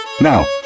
Now